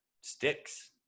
sticks